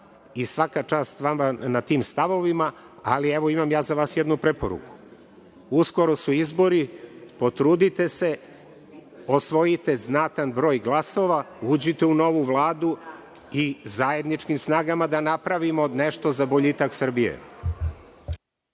i svaka čast vama na tim stavovima, ali evo imam ja za vas jednu preporuku. Uskoro su izbori, potrudite se, osvojite znatan broj glasova, uđite u novu Vladu i zajedničkim snagama da napravimo nešto za boljitak Srbije.